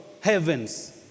heavens